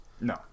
No